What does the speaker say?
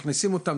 מכניסים אותם,